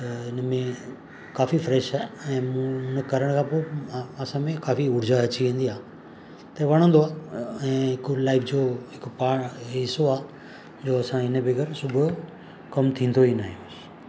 त इन में काफ़ी फ्रैश आहे ऐं उन करण खां पोइ असां में काफ़ी उर्जा अची वेंदी आहे त वणंदो आहे ऐं कुलु लाइफ जो हिकु हिसो आहे जो असां इन बगैर सुबुहु कमु थींदो ई नाहे